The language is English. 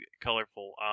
colorful